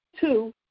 Two